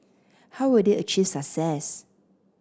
how will they achieve success